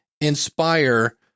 Inspire